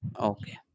Okay